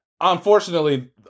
unfortunately